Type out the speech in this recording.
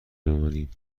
بمانیم